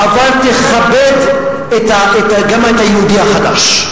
אבל תכבד גם את היהודי החדש,